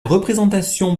représentation